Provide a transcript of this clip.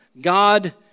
God